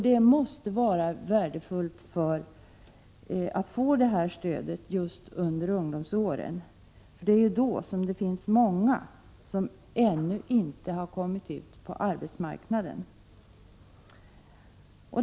Det måste vara värdefullt att få detta stöd just under ungdomsåren, då många ännu inte kommit in på arbetsmarknaden.